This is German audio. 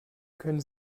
können